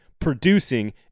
producing